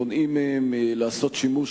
מונעים מהם לעשות שימוש